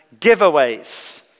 giveaways